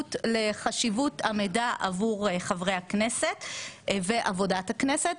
מודעות לחשיבות המידע עבור חברי הכנסת ועבודת הכנסת.